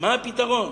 מה הפתרון?